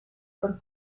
por